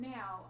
Now